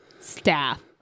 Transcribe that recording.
Staff